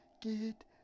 Get